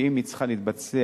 ואם היא צריכה להתבצע,